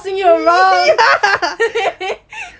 she was bossing you around